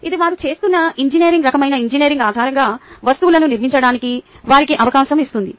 ఇది వారు చేస్తున్న ఇంజనీరింగ్ రకమైన ఇంజనీరింగ్ ఆధారంగా వస్తువులను నిర్మించడానికి వారికి అవకాశం ఇస్తుంది